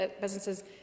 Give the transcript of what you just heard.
businesses